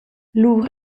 lur